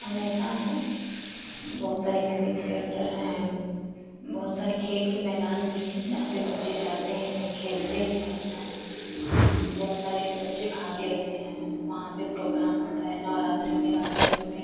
अन्यथा हैं बहोत सारी मूवी थिएटर हैं बहुत सारे खेल के मैदान भी हैं जहाँ पर बच्चे जाते हैं खेलते हैं अपना बहुत सारे बच्चे भाग लेते हैं वहाँ पर प्रोग्राम होता है नवरात्री में गाजीपुर में